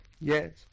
yes